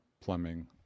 plumbing